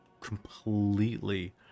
completely